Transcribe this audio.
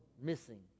missing